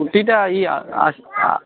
କୁନ୍ତୀଟା ଏଇ ଆ ଆ ଆ